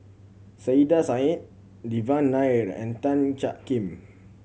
Saiedah Said Devan Nair and Tan Jiak Kim